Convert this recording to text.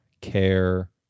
care